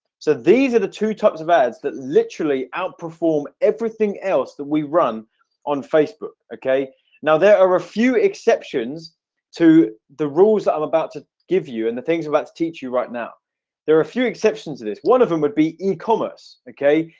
so these are the two types of ads that literally outperform everything else that we run on facebook okay now there are a few exceptions to the rules that i'm about to give you and the things about to teach you right now there are a few exceptions of this one of them would be in commerce, okay?